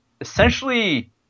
essentially